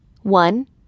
One